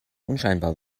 unscheinbar